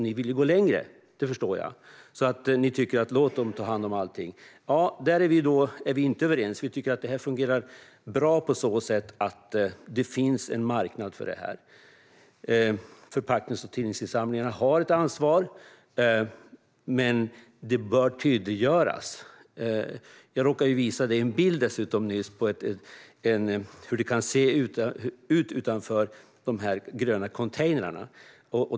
Ni vill gå längre - det förstår jag. Ni tycker: Låt dem ta hand om allting! Där är vi inte överens. Vi tycker att det fungerar bra på så sätt att det finns en marknad för detta. Förpacknings och tidningsinsamlingarna har ett ansvar, men det bör tydliggöras. Jag råkade nyss visa dig en bild på hur det kan se ut utanför de gröna containrarna.